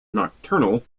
nocturnal